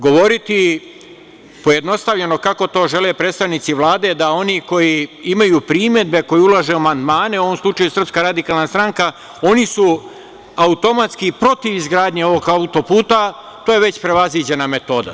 Govoriti pojednostavljeno, kako to žele predstavnici Vlade, da oni koji imaju primedbe, koji ulažu amandmane, u ovom slučaju SRS, oni su automatski protiv izgradnje ovog autoputa, to je već prevaziđena metoda.